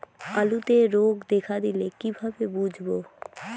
আলুতে রোগ দেখা দিলে কিভাবে বুঝবো?